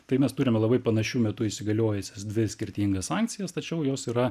tai mes turime labai panašiu metu įsigaliojusias dvi skirtingas sankcijas tačiau jos yra